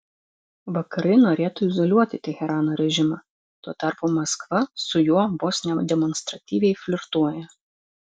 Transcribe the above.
vakarai norėtų izoliuoti teherano režimą tuo tarpu maskva su juo vos ne demonstratyviai flirtuoja